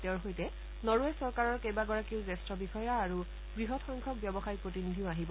তেওঁৰ সৈতে নৰৱে চৰকাৰৰ কেবাগৰাকীও জ্যেষ্ঠ বিষয়া আৰু বৃহৎ সংখ্যক ব্যৱসায়িক প্ৰতিনিধিও আহিব